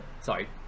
Sorry